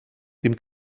dem